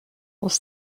aus